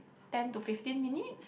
ten to fifteen minutes